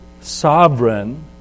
sovereign